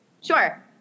Sure